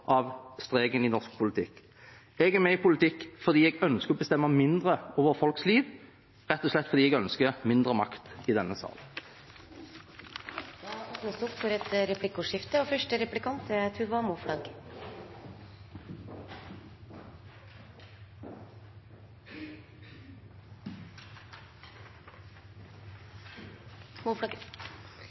av streken i norsk politikk. Jeg er med i politikken fordi jeg ønsker å bestemme mindre over folks liv – rett og slett fordi jeg ønsker mindre makt i denne sal. Det blir replikkordskifte. Jeg vil ta opp